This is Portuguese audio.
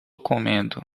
comendo